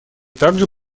также